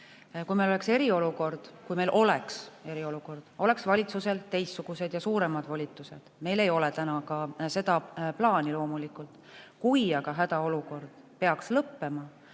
Kui meil oleks eriolukord, siis oleks valitsusel teistsugused ja suuremad volitused. Meil ei ole täna ka seda plaani loomulikult. Kui aga hädaolukord peaks lõppema,